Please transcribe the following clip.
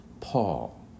Paul